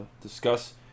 discuss